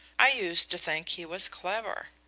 i used to think he was clever.